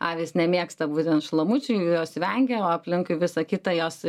avys nemėgsta būtent šlamučių jos vengia o aplinkui visą kitą jos